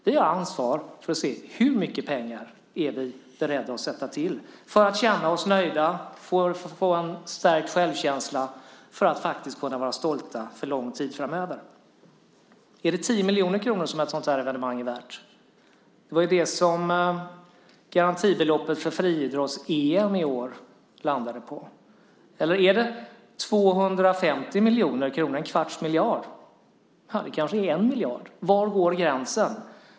Vi har ett ansvar för att se hur mycket pengar vi är beredda att sätta till för att känna oss nöjda och få en stärkt självkänsla och för att kunna vara stolta för lång tid framöver. Är det 10 miljoner kronor som ett sådant här evenemang är värt? Det var ju det som garantibeloppet för friidrotts-EM i år landade på. Eller är det värt 250 miljoner kronor, alltså en kvarts miljard, eller kanske 1 miljard kronor? Var går gränsen?